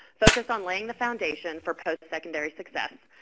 focused on laying the foundation for postsecondary success,